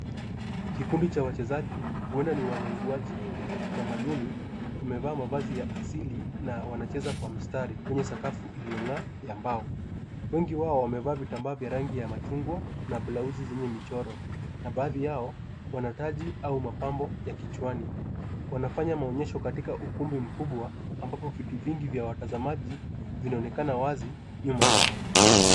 Kikundi cha wachezaji, huenda ni wanenguaji wa kitamaduni, wamevaa mavazi ya asili na wanacheza kwa mstari kwenye sakafu iliyong'aa ya mbao. Wengi wao wamevaa vitambaa vya rangi ya machungwa na blausi yenye michoro na baadhi yao wana taji au mapambo ya kichwani. Wanafanya maonyesho katika ukumbi mkubwa ambapo viti vingi vya vya watazamaji vinaonekana wazi nyuma yao.